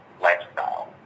lifestyle